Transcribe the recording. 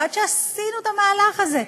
ועד שעשינו את המהלך הזה.